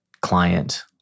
client